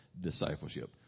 discipleship